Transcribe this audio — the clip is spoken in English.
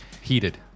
Heated